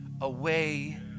away